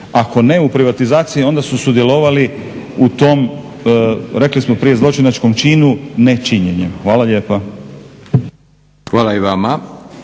ako ne u privatizaciji onda su sudjelovali u tom rekli smo prije zločinačkom činu nečinjenjem. Hvala lijepa. **Leko, Josip